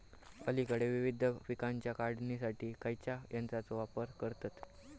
अलीकडे विविध पीकांच्या काढणीसाठी खयाच्या यंत्राचो वापर करतत?